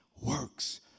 works